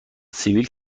سیبیل